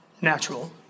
natural